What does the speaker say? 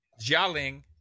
Jialing